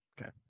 Okay